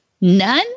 None